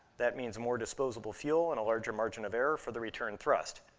that means more disposable fuel and a larger margin of error for the return thrust.